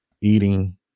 eating